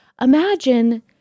imagine